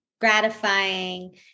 gratifying